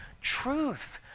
Truth